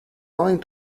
going